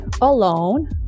alone